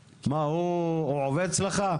והם יוכלו להיות משוחררים וחופשיים לדרכם